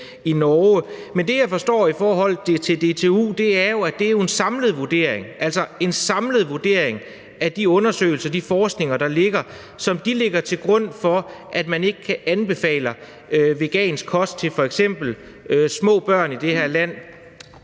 Men det, jeg forstår i forhold til DTU, er jo, at det er en samlet vurdering, altså en samlet vurdering af de undersøgelser og den forskning, der ligger, som de lægger til grund for, at man ikke anbefaler vegansk kost til f.eks. små børn i det her land.